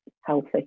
healthy